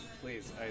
please